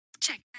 Check